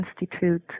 Institute